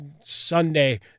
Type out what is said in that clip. Sunday